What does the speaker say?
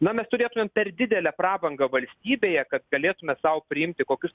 nu mes turėtumėm per didelę prabangą valstybėje kad galėtume sau priimti kokius